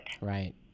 right